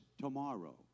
tomorrow